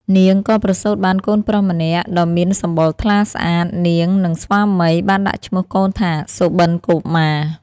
នាងក៏ប្រសូតបានកូនប្រុសម្នាក់ដ៏មានសម្បុរថ្លាស្អាត នាង និងស្វាមី បានដាក់ឈ្មោះកូនថា សុបិនកុមារ ។